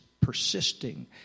persisting